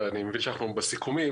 אני מבין שאנחנו בסיכומים,